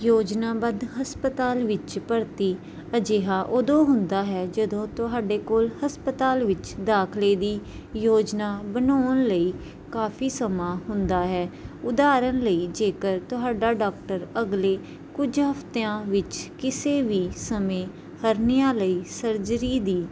ਯੋਜਨਾਬੱਧ ਹਸਪਤਾਲ ਵਿੱਚ ਭਰਤੀ ਅਜਿਹਾ ਉਦੋਂ ਹੁੰਦਾ ਹੈ ਜਦੋਂ ਤੁਹਾਡੇ ਕੋਲ ਹਸਪਤਾਲ ਵਿੱਚ ਦਾਖਲੇ ਦੀ ਯੋਜਨਾ ਬਣਾਉਣ ਲਈ ਕਾਫੀ ਸਮਾਂ ਹੁੰਦਾ ਹੈ ਉਦਾਹਰਣ ਲਈ ਜੇਕਰ ਤੁਹਾਡਾ ਡਾਕਟਰ ਅਗਲੇ ਕੁਝ ਹਫਤਿਆਂ ਵਿੱਚ ਕਿਸੇ ਵੀ ਸਮੇਂ ਹਰਨੀਆਂ ਲਈ ਸਰਜਰੀ ਦੀ